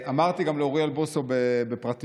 אמרתי גם לאוריאל בוסו בפרטיות: